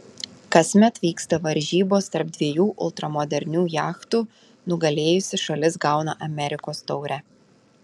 kasmet vyksta varžybos tarp dviejų ultramodernių jachtų nugalėjusi šalis gauna amerikos taurę